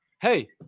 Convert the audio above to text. Hey